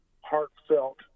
heartfelt